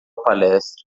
palestra